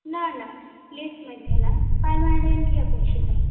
न न लीस् मध्ये न पर्मानेण्ट्लि अपेक्षितम्